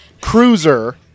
cruiser